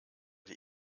die